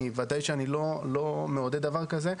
ודאי שאני לא מעודד דבר כזה.